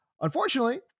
Unfortunately